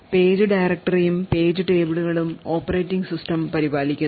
page ഡയറക്ടറിയും page table കളും operating system പരിപാലിക്കുന്നു